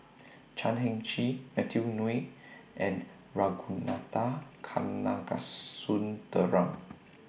Chan Heng Chee Matthew Ngui and Ragunathar Kanagasuntheram